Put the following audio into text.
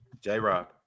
J-Rob